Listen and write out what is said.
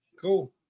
Cool